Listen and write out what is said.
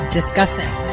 discussing